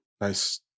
Nice